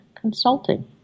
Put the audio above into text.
consulting